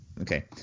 Okay